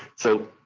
so,